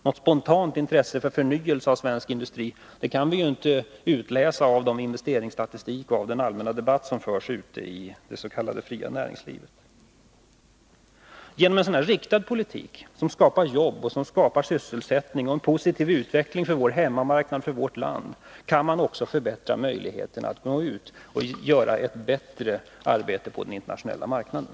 Något spontant intresse för förnyelse av svensk industri kan vi inte utläsa av den investeringsstatistik som finns eller av den allmänna debatt som förs ute i det s.k. fria näringslivet. Genom en riktad politik, som skapar sysselsättning och en positiv utveckling för vår hemmamarknad och för vårt land, kan man också förbättra möjligheterna att nå ut och göra ett bättre arbete på den internationella marknaden.